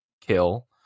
kill